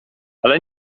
ale